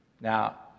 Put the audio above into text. Now